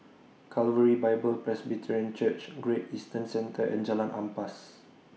Calvary Bible Presbyterian Church Great Eastern Centre and Jalan Ampas